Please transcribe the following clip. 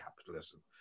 capitalism